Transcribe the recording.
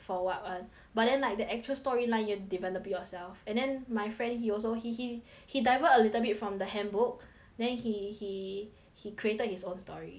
but then like the actual storyline you develop yourself and then my friend he also he he he divert a little bit from the handbook then he he he created his own story !wah!